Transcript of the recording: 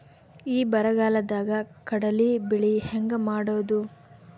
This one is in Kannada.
ಈ ಬರಗಾಲದಾಗ ಕಡಲಿ ಬೆಳಿ ಹೆಂಗ ಮಾಡೊದು?